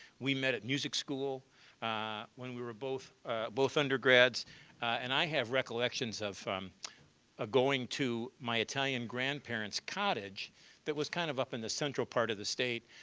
we met at music school when we were both both undergrads and i had recollections of um ah going to my italian grandparents' cottage that was kind of up in the central part of the state.